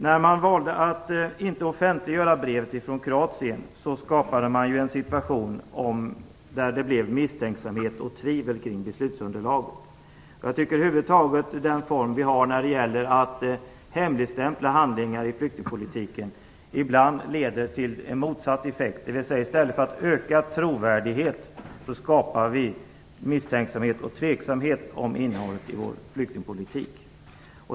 När man valde att inte offentliggöra brevet från Kroatien skapade man en situation där det blev misstänksamhet och tvivel kring beslutsunderlaget. Jag tycker över huvud taget att den form vi har när det gäller att hemligstämpla handlingar i flyktingpolitiken ibland leder till motsatt effekt, dvs. i stället för att öka trovärdighet skapar vi misstänksamhet och tveksamhet om innehållet i vår flyktingpolitik.